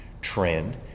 trend